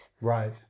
Right